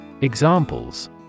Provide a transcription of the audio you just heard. Examples